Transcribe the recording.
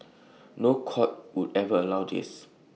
no court would ever allow this